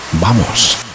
¡vamos